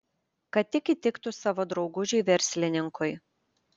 kad tik įtiktų savo draugužiui verslininkui